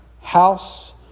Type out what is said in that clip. house